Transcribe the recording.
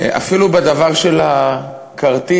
אפילו בדבר של הכרטיס,